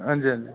हां जी हां जी